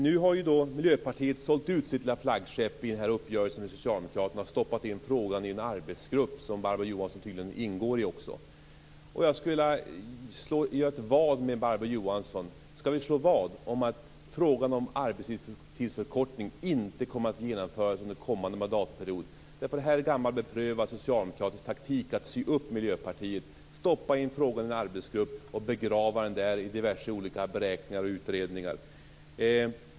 Nu har Miljöpartiet sålt ut sitt lilla flaggskepp i uppgörelsen med socialdemokraterna och stoppat in frågan i en arbetsgrupp, som Barbro Johansson tydligen också ingår i. Jag skulle vilja slå vad med Barbro Johansson. Skall vi slå vad om att frågan om arbetstidsförkortning inte kommer att genomföras under kommande mandatperiod? Det är nämligen gammal beprövad socialdemokratisk taktik att sy upp Miljöpartiet, stoppa in frågan i en arbetsgrupp och begrava den där i diverse olika beräkningar och utredningar.